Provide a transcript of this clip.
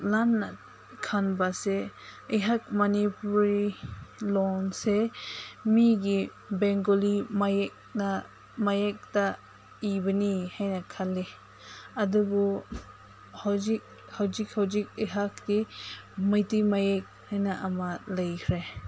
ꯂꯥꯟꯅ ꯈꯟꯕꯁꯦ ꯑꯩꯍꯥꯛ ꯃꯅꯤꯄꯨꯔꯤ ꯂꯣꯟꯁꯦ ꯃꯤꯒꯤ ꯕꯦꯡꯒꯣꯂꯤ ꯃꯌꯦꯛꯅ ꯃꯌꯦꯛꯇ ꯏꯕꯅꯤ ꯍꯥꯏꯅ ꯈꯜꯂꯤ ꯑꯗꯨꯕꯨ ꯍꯧꯖꯤꯛ ꯍꯧꯖꯤꯛ ꯍꯧꯖꯤꯛ ꯑꯩꯍꯥꯛꯀꯤ ꯃꯩꯇꯩ ꯃꯌꯦꯛ ꯍꯥꯏꯅ ꯑꯃ ꯂꯩꯈ꯭ꯔꯦ